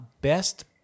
Best